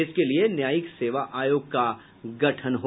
इसके लिये न्यायिक सेवा आयोग का गठन हो